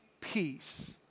peace